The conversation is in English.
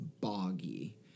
boggy